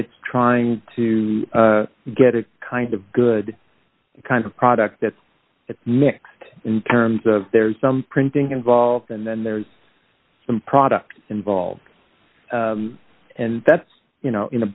it's trying to get a kind of good kind of product that it's mixed in terms of there's some printing involved and then there's some products involved and that's you know in a